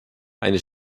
eine